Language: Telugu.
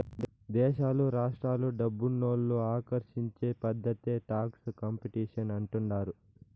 దేశాలు రాష్ట్రాలు డబ్బునోళ్ళు ఆకర్షించే పద్ధతే టాక్స్ కాంపిటీషన్ అంటుండారు